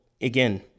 again